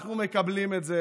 אנחנו מקבלים את זה.